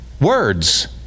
Words